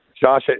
Josh